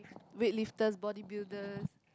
wait lifters bodybuilders